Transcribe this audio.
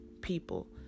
people